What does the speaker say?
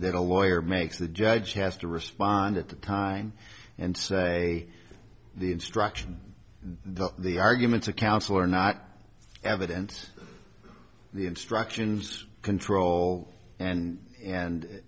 that a lawyer makes the judge has to respond at the time and say the instruction the the arguments a counselor not evidence the instructions control and and